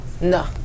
no